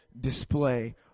display